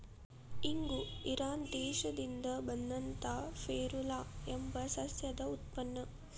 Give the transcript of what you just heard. ಇಂಗು ಇರಾನ್ ದೇಶದಿಂದ ಬಂದಂತಾ ಫೆರುಲಾ ಎಂಬ ಸಸ್ಯದ ಉತ್ಪನ್ನ